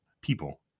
people